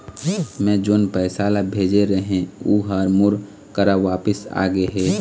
मै जोन पैसा ला भेजे रहें, ऊ हर मोर करा वापिस आ गे हे